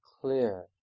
clear